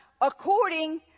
according